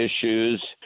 issues